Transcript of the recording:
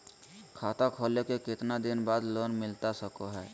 खाता खोले के कितना दिन बाद लोन मिलता सको है?